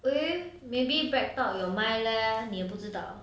eh maybe breadtalk 有卖 leh 你也不知道 ah